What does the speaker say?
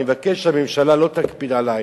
ואני מבקש שהממשלה לא תקפיד עלי,